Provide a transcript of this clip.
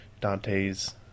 Dante's